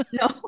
No